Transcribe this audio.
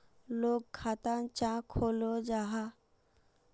लोग खाता चाँ खोलो जाहा?